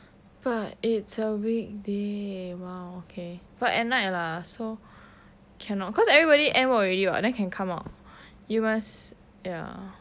but it's a weekday !wow! okay but at night lah so cannot cause everybody end work already what then can come out you must ya